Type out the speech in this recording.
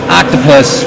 octopus